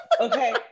okay